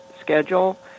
schedule